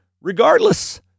regardless